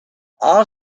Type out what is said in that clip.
all